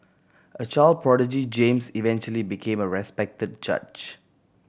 a child prodigy James eventually became a respected judge